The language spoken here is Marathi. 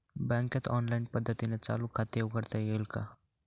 बँकेत ऑनलाईन पद्धतीने चालू खाते उघडता येईल का?